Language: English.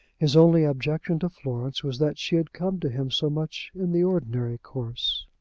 his only objection to florence was that she had come to him so much in the ordinary course.